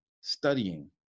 Studying